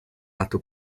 lato